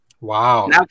wow